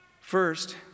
First